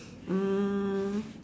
um